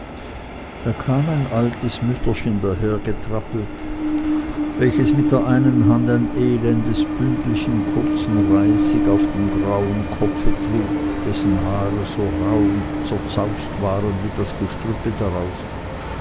da kam ein altes mütterchen dahergetrippelt welches mit der einen hand ein elendes bündelchen kurzen reisigs auf dem grauen kopfe trug dessen haare so rauh und zerzaust waren wie das gestrüppe darauf